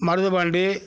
Maruthupandi